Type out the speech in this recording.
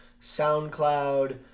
SoundCloud